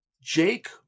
Jake